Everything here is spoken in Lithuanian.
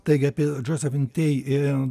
taigi apie josephine tey i